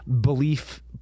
belief